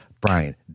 Brian